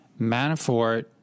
Manafort